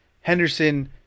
Henderson –